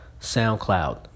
SoundCloud